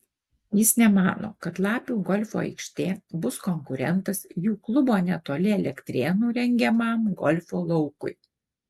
jis nemano kad lapių golfo aikštė bus konkurentas jų klubo netoli elektrėnų rengiamam golfo laukui